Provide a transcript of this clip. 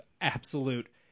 absolute